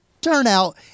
turnout